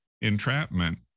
Entrapment